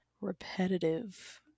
repetitive